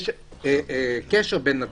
יש קשר בין הדברים.